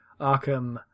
Arkham